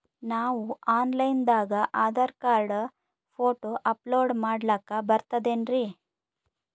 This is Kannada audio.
ನಾವು ಆನ್ ಲೈನ್ ದಾಗ ಆಧಾರಕಾರ್ಡ, ಫೋಟೊ ಅಪಲೋಡ ಮಾಡ್ಲಕ ಬರ್ತದೇನ್ರಿ?